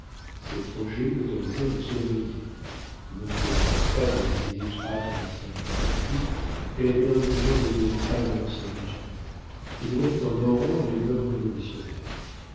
ses projets l'autorisaient à le surveiller non qu'elle apportât des idées étroites en matière de galanterie elle avait l'indulgence des vieilles femmes de l'ancien régime mais elle avait en horreur les mœurs révolutionnaires